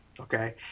Okay